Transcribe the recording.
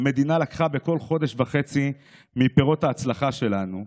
והמדינה לקחה בכל חודש חצי מפירות ההצלחה שלנו,